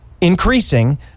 increasing